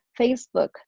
Facebook